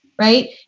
right